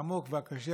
העמוק והקשה,